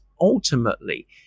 ultimately